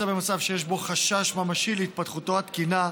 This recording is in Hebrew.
במצב שיש בו חשש ממשי להתפתחותו התקינה,